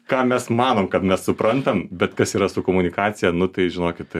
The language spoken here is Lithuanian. ką mes manom kad mes suprantam bet kas yra su komunikacija nu tai žinokit